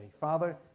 Father